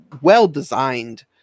well-designed